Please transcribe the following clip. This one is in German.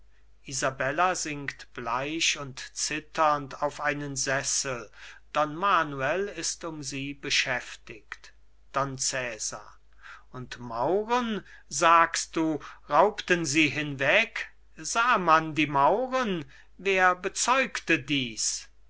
isabella sinkt bleich und zitternd auf einen sessel don manuel ist um sie beschäftigt don cesar und mauren sagst du raubten sie hinweg sah man die mauren wer bezeugte dies